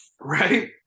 Right